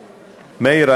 מאיר,